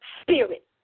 spirit